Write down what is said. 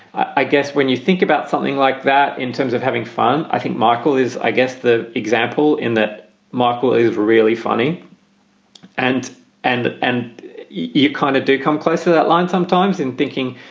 i guess when you think about something like that in terms of having fun, i think michael is i guess the example in that michael is really funny and and and you kind of do come close to that line sometimes in thinking,